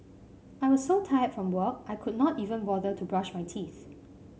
I was so tired from work I could not even bother to brush my teeth